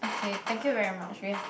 okay thank you very much we have